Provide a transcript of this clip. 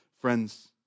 Friends